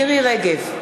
מירי רגב,